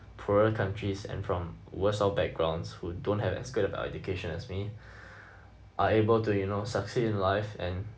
poorer countries and from worse off backgrounds who don't have as good as the education as me are able to you know succeed in life and